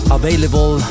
available